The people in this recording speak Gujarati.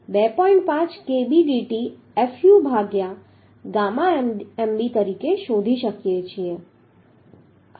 5 kb dt fu ભાગ્યા ગામા mb તરીકે શોધી શકીએ